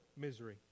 misery